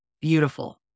beautiful